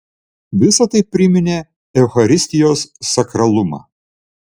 visa tai priminė eucharistijos sakralumą